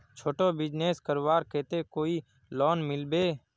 छोटो बिजनेस करवार केते कोई लोन मिलबे?